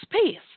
space